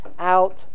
out